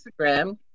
Instagram